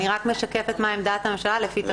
אני רק משקפת מה עמדת הממשלה לפי תקנון --- אז